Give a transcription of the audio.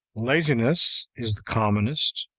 laziness is the commonest.